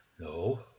no